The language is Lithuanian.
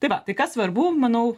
tai va tai kas svarbu manau